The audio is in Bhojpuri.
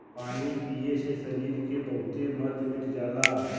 पानी पिए से सरीर के बहुते मर्ज मिट जाला